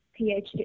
PhD